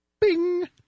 bing